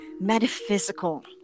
metaphysical